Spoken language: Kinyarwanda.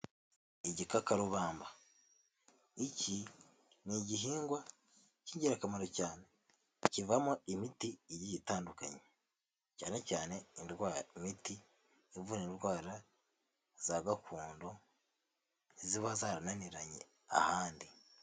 Igikakarubamba: Iki ni igihingwa k'ingirakamaro cyane, kivamo imiti igiye itandukanye cyane cyane indwara imiti ivura indwara za gakondo ziba zarananiranye ahandi.